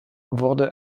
wurde